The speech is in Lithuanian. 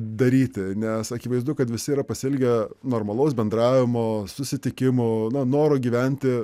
daryti nes akivaizdu kad visi yra pasiilgę normalaus bendravimo susitikimų na noro gyventi